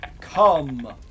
Come